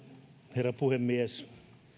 herra puhemies